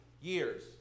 years